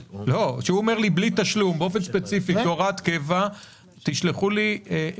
כשהוא אומר: בלי תשלום, כהוראת קבע תשלחו לי מהר.